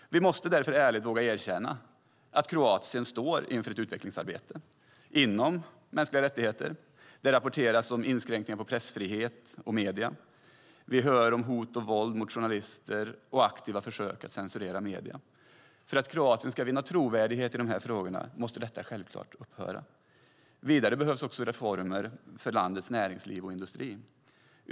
Vi måste därför ärligt våga erkänna att Kroatien står inför ett utvecklingsarbete inom mänskliga rättigheter. Det rapporteras om inskränkningar i pressfrihet och medier. Vi hör om hot och våld mot journalister och aktiva försök att censurera medierna. För att Kroatien ska vinna trovärdighet i dessa frågor måste detta självklart upphöra. Vidare behövs reformer för landets näringsliv och industri.